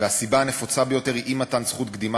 והסיבה הנפוצה ביותר היא אי-מתן זכות קדימה